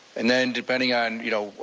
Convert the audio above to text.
and then depending on, you know,